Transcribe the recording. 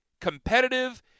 competitive